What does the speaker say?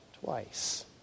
twice